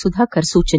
ಸುಧಾಕರ್ ಸೂಚನೆ